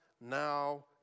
now